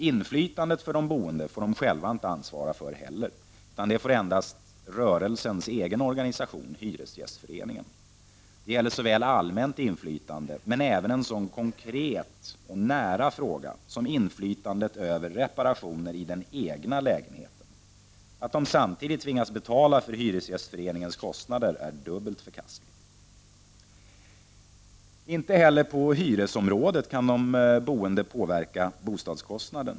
Inflytandet för de boende får de boende själva inte ansvara för, utan det får endast ”rörelsens” egen organisation, Hyresgästföreningen. Det gäller såväl allmänt inflytande som en så konkret och nära fråga som inflytandet över reparationer i den egna lägenheten. Att de boende samtidigt tvingas betala för hyresgästföreningens kostnader är dubbelt förkastligt. Inte heller på hyresområdet kan de boende påverka bostadskostnaden.